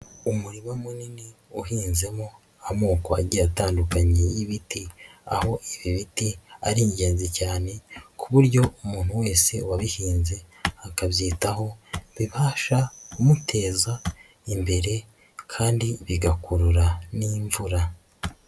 Umurima munini uhinzemo amoko agiye atandukanye y'ibiti aho ibi biti ari ingenzi cyane ku buryo umuntu wese wabihinze akabyitaho bibasha kumuteza imbere kandi bigakurura n'imvura.